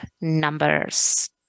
numbers